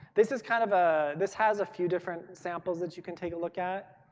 this has kind of ah this has a few different samples that you can take a look at.